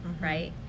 Right